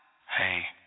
Hey